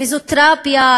פיזיותרפיה,